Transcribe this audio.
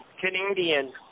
Canadian